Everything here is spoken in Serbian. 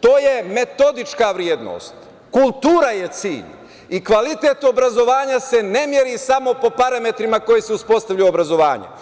to je metodička vrednost, kultura je cilj i kvalitet obrazovanja se ne meri samo po parametrima kojim se uspostavlja obrazovanje.